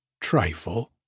trifle